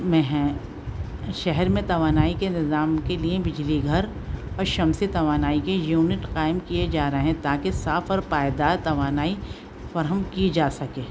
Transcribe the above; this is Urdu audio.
میں ہیں شہر میں توانائی کے نظام کے لیے بجلی گھر اور شمسی توانائی کے یونٹ قائم کیے جا رہے ہیں تاکہ صاف اور پائیدار توانائی فراہم کی جا سکے